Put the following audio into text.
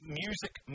music